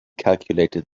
calculated